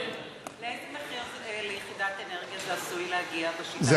לאיזה מחיר ליחידת אנרגיה זה עשוי להגיע בשיטה, ?